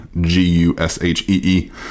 g-u-s-h-e-e